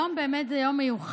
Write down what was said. היום באמת זה יום מיוחד.